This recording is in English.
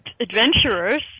Adventurers